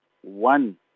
one